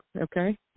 Okay